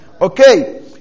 Okay